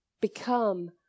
become